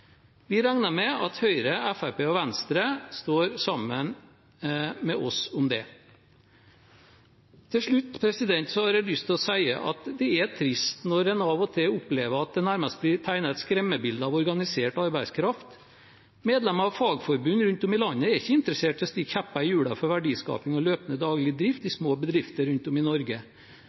Vi regner med at Høyre, Fremskrittspartiet og Venstre står sammen med oss om det. Til slutt har jeg lyst til å si at det er trist når man av og til opplever at det nærmest blir tegnet skremmebilder av organisert arbeidskraft. Medlemmer av fagforbund rundt om i landet er ikke interessert i å stikke kjepper i hjulene for verdiskaping og løpende daglig drift i små bedrifter rundt om i Norge.